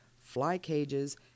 fly-cages